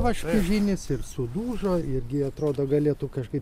va švežinis ir sulūžo irgi atrodo galėtų kažkaip